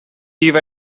eve